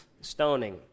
Stoning